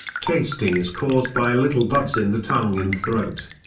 tasting is caused by little buds in the tongue and throat.